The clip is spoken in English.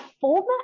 former